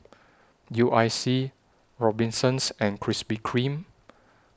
U I C Robinsons and Krispy Kreme